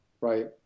right